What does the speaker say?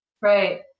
right